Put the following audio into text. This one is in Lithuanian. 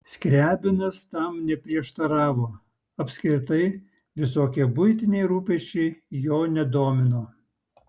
skriabinas tam neprieštaravo apskritai visokie buitiniai rūpesčiai jo nedomino